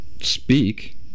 speak